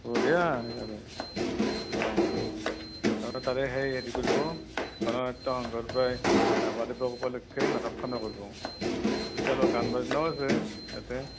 বঢ়িয়া একেবাৰে অ' অ' তাৰে সেই হেৰি কৰিব গণ নাট্য সংঘৰ পৰাই ৰাভা দিৱস উপলক্ষ্যে নাটকখন কৰিব একেলগে গান বাজনাও আছে ইয়াতে